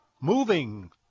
moving